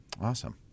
Awesome